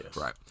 right